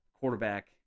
quarterback